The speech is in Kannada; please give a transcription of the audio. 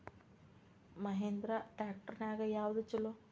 ಮಹೇಂದ್ರಾ ಟ್ರ್ಯಾಕ್ಟರ್ ನ್ಯಾಗ ಯಾವ್ದ ಛಲೋ?